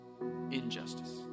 Injustice